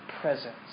presence